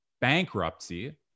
bankruptcy